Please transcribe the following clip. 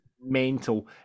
Mental